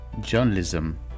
journalism